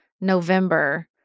November